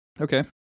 Okay